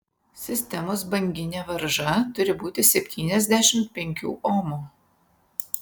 sistemos banginė varža turi būti septyniasdešimt penkių omų